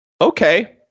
okay